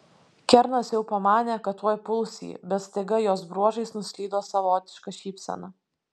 kernas jau pamanė kad tuoj puls jį bet staiga jos bruožais nuslydo savotiška šypsena